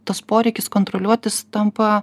tas poreikis kontroliuot jis tampa